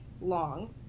long